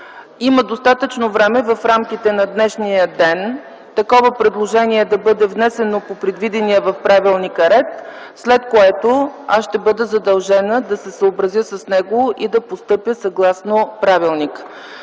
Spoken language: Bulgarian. Има достатъчно време в рамките на днешния ден такова предложение да бъде внесено по предвидения в правилника ред, след което аз ще бъда задължена да се съобразя с него и да постъпя съгласно правилника.